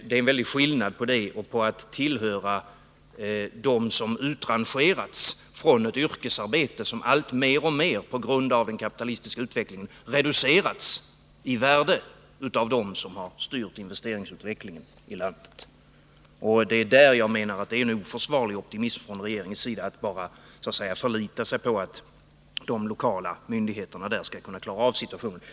Det är en stor skillnad att tillhöra dem som utrangerats från ett yrkesarbete som mer och mer på grund av den Nr 54 kapitalistiska utvecklingen reducerats i värde av dem som styrt investerings Måndagen den utvecklingen i landet. Det är därför som jag menar att regeringen visar en 17 december 1979 oförsvarlig optimism genom att bara förlita sig till att de lokala myndigheterna skall kunna klara av situationen.